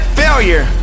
failure